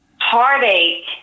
heartache